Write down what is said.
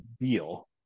deal